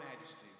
majesty